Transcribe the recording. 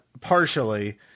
partially